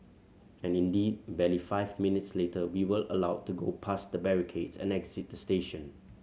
and indeed barely five minutes later we were allowed to go past the barricades and exit the station